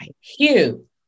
Hugh